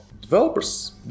developers